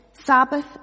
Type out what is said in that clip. Sabbath